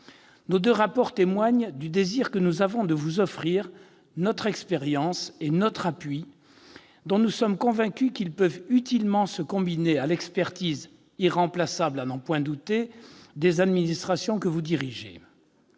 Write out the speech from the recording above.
Nos deux rapports témoignent du désir que nous avons de vous offrir notre expérience et notre appui, car nous sommes convaincus qu'ils peuvent utilement se combiner à l'expertise- irremplaçable à n'en point douter -des administrations que vous dirigez.